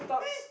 eh